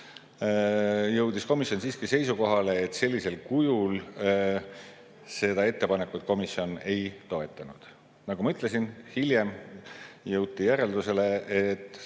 tutvustas, siiski seisukohale, et sellisel kujul seda ettepanekut komisjon ei toeta. Nagu ma ütlesin, hiljem jõuti järeldusele, et